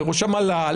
לראש המל"ל,